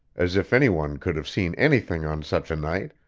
as if any one could have seen anything on such a night,